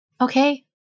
Okay